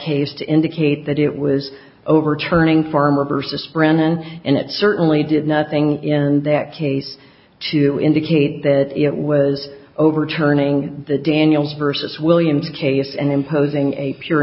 case to indicate that it was overturning farmer versus brennan and it certainly did nothing in that case to indicate that it was overturning the daniels versus william case and imposing a pure